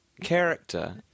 character